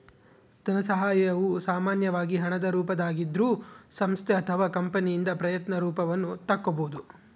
ಧನಸಹಾಯವು ಸಾಮಾನ್ಯವಾಗಿ ಹಣದ ರೂಪದಾಗಿದ್ರೂ ಸಂಸ್ಥೆ ಅಥವಾ ಕಂಪನಿಯಿಂದ ಪ್ರಯತ್ನ ರೂಪವನ್ನು ತಕ್ಕೊಬೋದು